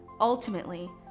Ultimately